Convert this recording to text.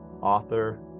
author